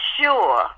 sure